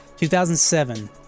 2007